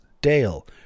Dale